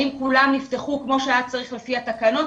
האם כולם יפתחו כמו שהיה צריך לפי התקנות?